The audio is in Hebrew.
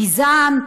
אל-מיזאן,